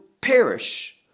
perish